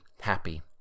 happy